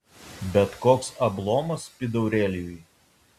bet koks ablomas pydaurelijui